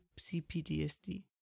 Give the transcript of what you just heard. CPDSD